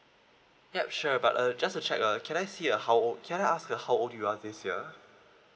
yup sure but uh just to check uh can I see uh how old can I ask uh how old you are this year